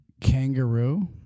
kangaroo